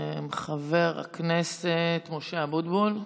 חבר הכנסת משה אבוטבול,